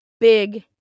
big